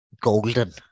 golden